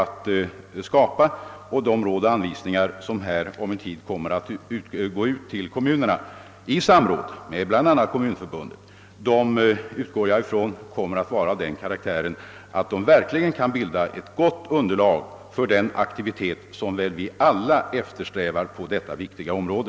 Och jag utgår från att de råd och anvisningar, som om en tid kommer att skickas ut till kommunerna i samråd med bl.a. Kommunförbundet, skall vara av den karaktären att de kan bilda ett underlag för den aktivitet som vi väl alla eftersträvar på detta viktiga område.